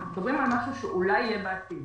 אנחנו מדברים על משהו שאולי יהיה בעתיד